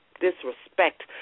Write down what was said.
disrespect